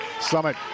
Summit